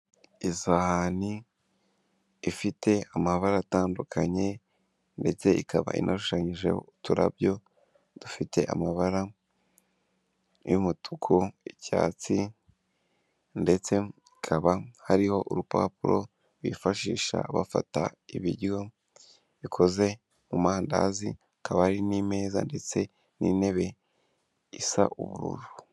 Isahani ifite amabara atandukanye ndetse ikaba inarushushanyijeho uturabyo dufite amabara y'umutuku'icyatsi ndetsekaba hariho urupapuro bifashisha bafata ibiryo bikoze mumandazi akabari n'ameza ndetse n'intebe isa ubururu.